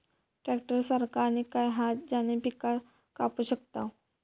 Tractor सारखा आणि काय हा ज्याने पीका कापू शकताव?